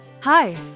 Hi